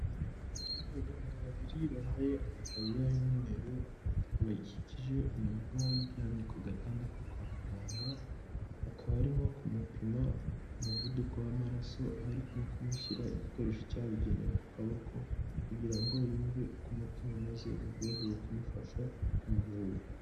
Abaganga babiri bambaye amataburiya y'umweru bakikije umurwayi uryamye ku gatanda ko kwa muganga, akaba arimo kumupima umuvuduko w'amaraso, aho arimo kumushyira igikoresho cyabugenewe ku kaboko kugira ngo yumve uko umutima umeze mu rwego rwo kumufasha kumuvura.